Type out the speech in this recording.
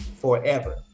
forever